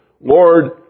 Lord